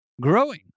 growing